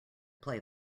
play